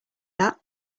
that